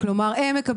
מקום עם ועד